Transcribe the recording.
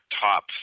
top